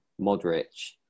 Modric